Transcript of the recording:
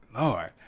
Lord